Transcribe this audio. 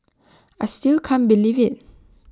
I still can't believe IT